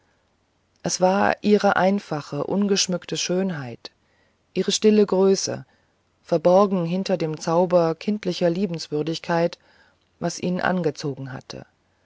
es war ihre einfache ungeschmückte schönheit ihre stille größe verborgen hinter dem zauber kindlicher liebenswürdigkeit was ihn angezogen hatte